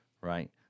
right